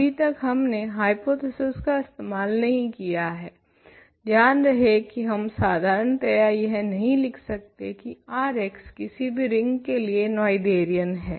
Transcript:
अभी तक हमने हाय्पोथिसिस का इस्तेमाल नहीं किया है ध्यान रहे की हम साधारणतया यह नहीं लिख सकते की Rx किसी भी रिंग R के लिए नोएथेरियन है